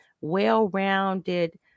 well-rounded